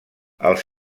els